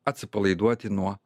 atsipalaiduoti nuo